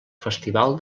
festival